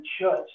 church